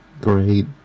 great